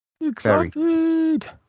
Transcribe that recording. excited